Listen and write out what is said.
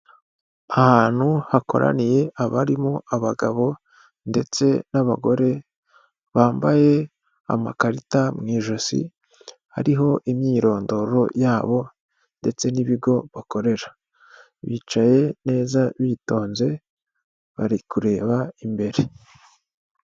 Ahantu hakoraniye abarimo abagabo ndetse n'abagore, bambaye amakarita mu ijosi, hariho imyirondoro yabo, ndetse n'ibigo bakorera. Bicaye neza bitonze bari kureba imbere.